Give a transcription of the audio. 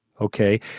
okay